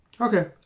Okay